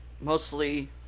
mostly